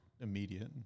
immediate